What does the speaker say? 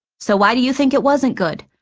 so why do you think it wasn't good?